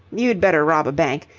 you'd better rob a bank.